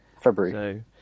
february